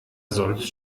sonst